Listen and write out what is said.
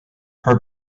her